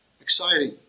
exciting